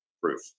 Proof